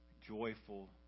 joyful